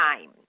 time